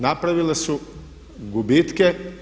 Napravile su gubitke.